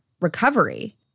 recovery